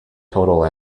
total